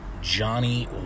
Johnny